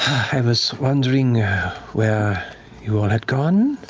i was wondering where you all had gone.